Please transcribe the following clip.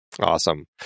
Awesome